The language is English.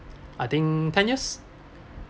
I think ten years